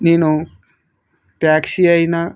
నేను ట్యాక్సీ అయినా